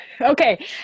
Okay